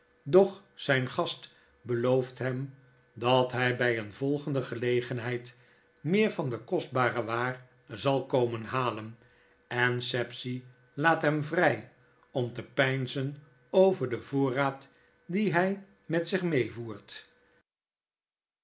doch zijn gast belooft hem dat hij bjj eene volgende gelegenheid meer van de kostbare waar zal komen halen en sapsea laat hem vrij om te peinzen over den voorraad dien hij met zich voert